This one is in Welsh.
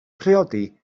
priodi